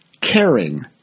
Caring